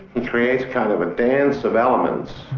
he creates kind of a dance of elements,